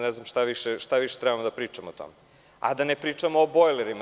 Ne znam šta više treba da pričamo o tome, a da ne pričamo o bojlerima.